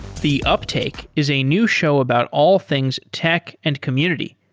the uptake is a new show about all things tech and community.